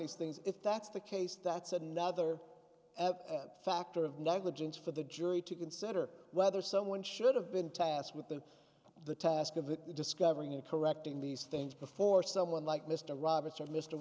these things if that's the case that's another factor of negligence for the jury to consider whether someone should have been tasked with the the task of discovering and correcting these things before someone like mr roberts or mr